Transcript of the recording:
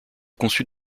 conçut